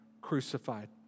crucified